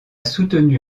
soutenu